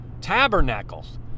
tabernacles